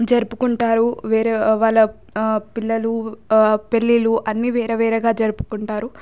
జరుపుకుంటారు వేరే వాళ్ళ పిల్లలు పెళ్ళిళ్ళు అన్ని వేరే వేరేగా జరుపుకుంటారు